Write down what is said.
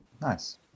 Nice